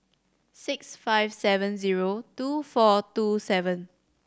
six five seven zero two four two seven